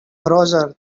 roger